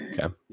Okay